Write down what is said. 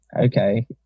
okay